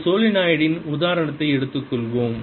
ஒரு சோலெனாய்டின் உதாரணத்தை எடுத்துக்கொள்வோம்